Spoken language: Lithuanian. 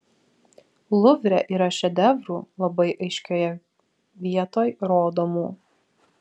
luvre yra šedevrų labai aiškioje vietoj rodomų